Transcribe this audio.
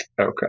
okay